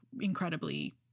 incredibly